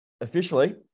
officially